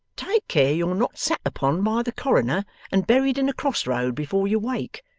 take care you're not sat upon by the coroner and buried in a cross road before you wake.